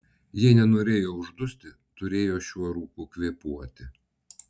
jei nenorėjo uždusti turėjo šiuo rūku kvėpuoti